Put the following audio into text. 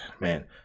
man